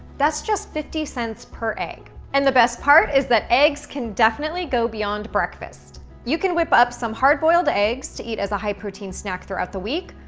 that's just fifty cents per egg. and the best part is that eggs can definitely go beyond breakfast. you can whip up some hard-boiled eggs to eat as a high-protein snack throughout the week,